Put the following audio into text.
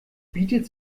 bietet